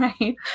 right